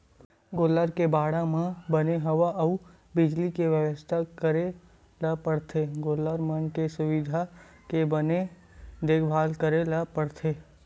गोल्लर के बाड़ा म बने हवा अउ बिजली के बेवस्था करे ल परथे गोल्लर मन के सुवास्थ के बने देखभाल करे ल परथे